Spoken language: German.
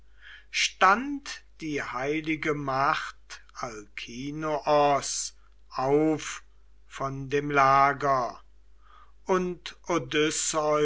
stand die heilige macht alkinoos auf von dem lager auch